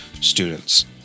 students